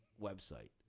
website